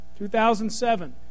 2007